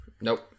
nope